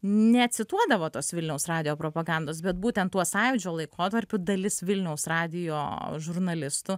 necituodavo tos vilniaus radijo propagandos bet būtent tuo sąjūdžio laikotarpiu dalis vilniaus radijo žurnalistų